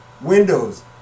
windows